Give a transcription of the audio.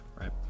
right